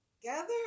together